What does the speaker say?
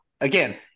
again